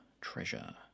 Treasure